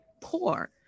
poor